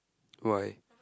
why